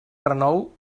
renou